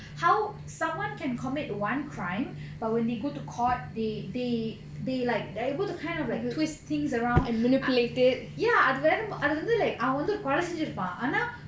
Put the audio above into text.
how someone can commit one crime but when they go to court they they like they are able to kind of like twist things around ya then அது வந்து:adhu vandhu like அவன் வந்து ஒரு கொலை செஞ்சிருப்பான்:avan vandhu oru kola senjiruppaan